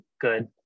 good